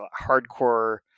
hardcore